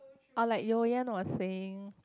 or like You Yen was saying